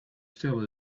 still